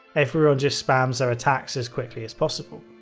everyone just spams their attacks as quickly as possible.